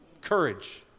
Courage